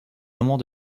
moments